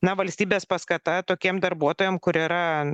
na valstybės paskata tokiem darbuotojam kur yra